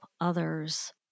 others